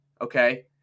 Okay